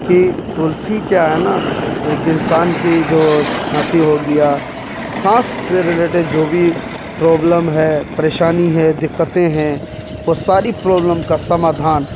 کہ تلسی کیا ہے نا ایک انسان کی جو کھانسی ہو گیا سانس سے ریلیٹڈ جو بھی پرابلم ہے پریشانی ہے دقتیں ہیں وہ ساری پرابلم کا سمادھان